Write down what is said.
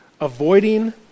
avoiding